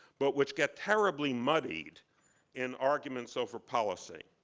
but which get terribly muddied in arguments over policy.